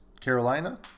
Carolina